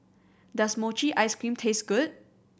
does mochi ice cream taste good